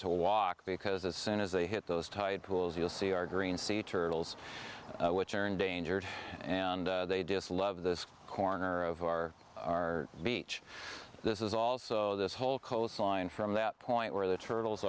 to walk because as soon as they hit those tide pools you'll see our green sea turtles which are endangered and they dissed love this corner of our our beach this is also this whole coastline from that point where the turtles